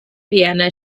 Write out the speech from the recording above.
vienna